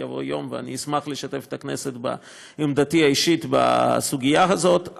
יבוא יום ואני אשמח לשתף את הכנסת בעמדתי האישית בסוגיה הזאת,